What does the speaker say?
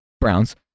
Browns